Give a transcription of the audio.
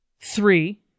Three